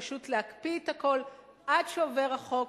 פשוט להקפיא את הכול עד שעובר החוק,